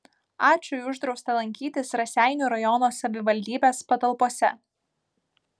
ačui uždrausta lankytis raseinių rajono savivaldybės patalpose